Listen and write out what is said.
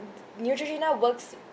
Neutrogena works